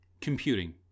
computing